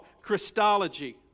Christology